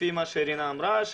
לפי מה שרינה אמרה,